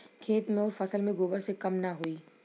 खेत मे अउर फसल मे गोबर से कम ना होई?